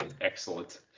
Excellent